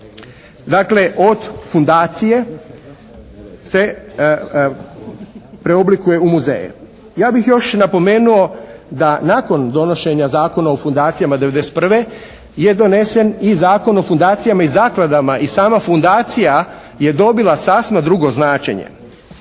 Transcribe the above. Dakle od fundacije se preoblikuje u muzeje. Ja bih još napomenuo da nakon donošenja Zakona o fundacijama '91. je donesen i Zakon o fundacijama i zakladama i sama fundacija je dobila sasma drugo značenje.